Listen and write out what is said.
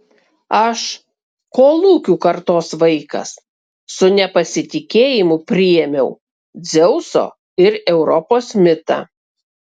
aš kolūkių kartos vaikas su nepasitikėjimu priėmiau dzeuso ir europos mitą